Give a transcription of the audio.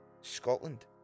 Scotland